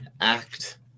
act